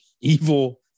evil